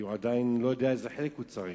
כי הוא עדיין לא יודע איזה חלק הוא צריך,